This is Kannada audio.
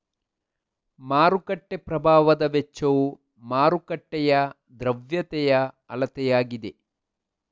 ಮಾರುಕಟ್ಟೆ ಪ್ರಭಾವದ ವೆಚ್ಚವು ಮಾರುಕಟ್ಟೆಯ ದ್ರವ್ಯತೆಯ ಅಳತೆಯಾಗಿದೆ